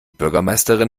bürgermeisterin